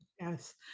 Yes